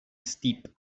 steep